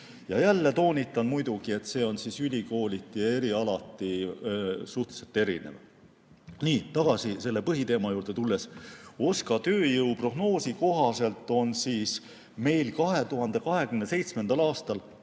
Jälle toonitan muidugi, et see on ülikooliti ja erialati suhteliselt erinev. Nii. Tagasi selle põhiteema juurde tulles: OSKA tööjõuprognoosi kohaselt on meil 2027. aastal